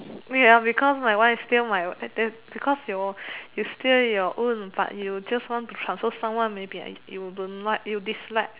ya because my one is still my and then because your you still your own but you just want to transfer someone maybe you don't like you dislike